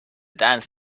dance